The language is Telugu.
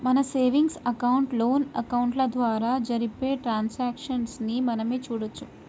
మన సేవింగ్స్ అకౌంట్, లోన్ అకౌంట్ల ద్వారా జరిపే ట్రాన్సాక్షన్స్ ని మనమే చూడొచ్చు